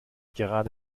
gerade